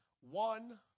One